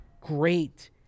great